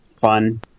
fun